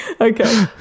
Okay